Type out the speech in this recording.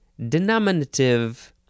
Denominative